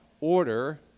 order